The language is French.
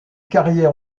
carrières